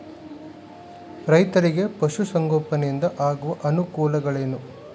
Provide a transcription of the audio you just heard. ರೈತರಿಗೆ ಪಶು ಸಂಗೋಪನೆಯಿಂದ ಆಗುವ ಅನುಕೂಲಗಳೇನು?